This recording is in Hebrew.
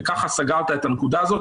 וכך סגרת את הנקודה הזאת.